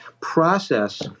process